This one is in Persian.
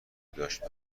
داشت